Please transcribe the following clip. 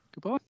Goodbye